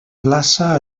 plaça